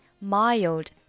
mild